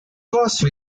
course